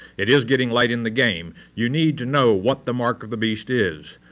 it is getting late in the game. you need to know what the mark of the beast is.